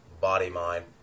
body-mind